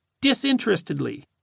Disinterestedly